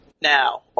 now